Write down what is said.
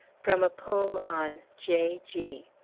from a poem on j g.